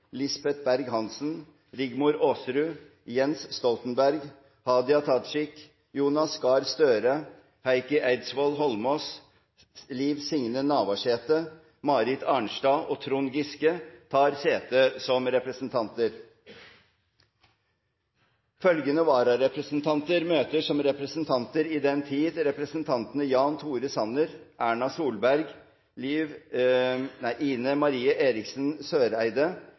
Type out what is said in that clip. Lisbeth Berg-Hansen, Rigmor Aasrud, Jens Stoltenberg, Hadia Tajik, Jonas Gahr Støre, Heikki Eidsvoll Holmås, Liv Signe Navarsete, Marit Arnstad og Trond Giske tar sete som representanter. Følgende vararepresentanter møter som representanter i den tid representantene Jan Tore Sanner, Erna Solberg, Ine M. Eriksen Søreide,